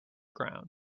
ground